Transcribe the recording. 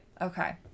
Okay